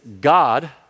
God